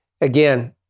Again